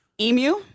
Emu